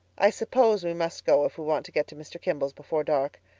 i suppose we must go if we want to get to mr. kimball's before dark.